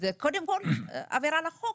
קודם כל זו עבירה על החוק